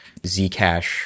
Zcash